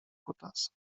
kutasa